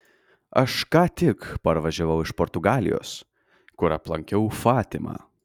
aš ką tik parvažiavau iš portugalijos kur aplankiau fatimą